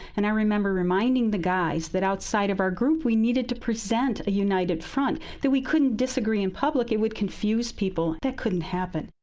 and i remember reminding the guys that outside of our group, we needed to present a united front, that we couldn't disagree in public. it would confuse people. that wouldn't happen.